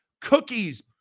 cookies